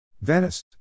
Venice